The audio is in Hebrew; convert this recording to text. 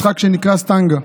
משחק שנקרא סטנגה.